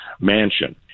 mansion